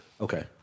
Okay